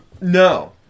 no